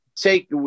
take